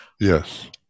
Yes